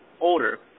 older